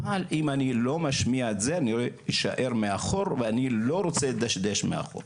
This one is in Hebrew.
אבל אם אני לא משמיע את זה אני אשאר מאחור ואני לא רוצה לדשדש מאחור.